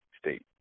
State